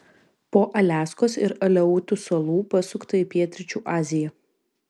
po aliaskos ir aleutų salų pasukta į pietryčių aziją